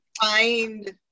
find